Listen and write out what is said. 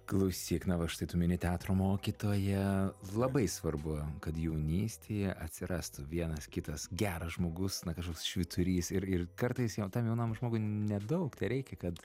klausyk na va štai tu mini teatro mokytoją labai svarbu kad jaunystėje atsirastų vienas kitas geras žmogus na kažkoks švyturys ir ir kartais jam tam jaunam žmogui nedaug tereikia kad